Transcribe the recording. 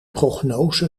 prognose